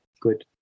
Good